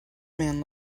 man